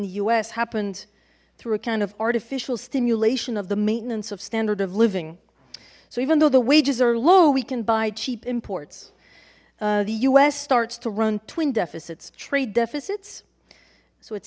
the u s happened through a kind of artificial stimulation of the maintenance of standard of living so even though the wages are low we can buy cheap imports the us starts to run twin deficits trade deficits s